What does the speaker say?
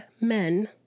men